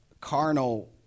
carnal